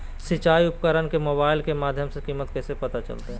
सिंचाई उपकरण के मोबाइल के माध्यम से कीमत कैसे पता चलतय?